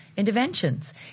interventions